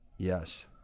yes